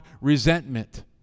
resentment